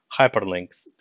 hyperlinks